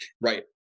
right